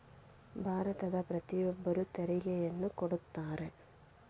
ಭಾರತದ ಪ್ರತಿಯೊಬ್ಬರು ತೆರಿಗೆಯನ್ನು ಕೊಡುತ್ತಾರೆ